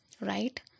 Right